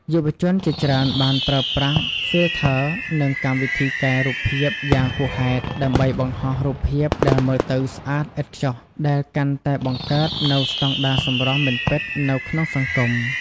យុវជនជាច្រើនបានប្រើប្រាស់ ហ្វីលធ័រ និងកម្មវិធីកែរូបភាពយ៉ាងហួសហេតុ ដើម្បីបង្ហោះរូបភាពដែលមើលទៅស្អាតឥតខ្ចោះ ដែលកាន់តែបង្កើតនូវស្តង់ដារសម្រស់មិនពិតនៅក្នុងសង្គម។